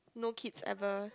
no kids ever